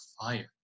fire